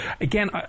again